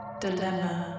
dilemma